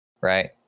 right